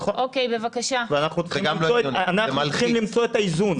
נכון, ואנחנו צריכים למצוא את האיזון.